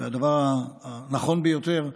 והדבר הנכון ביותר,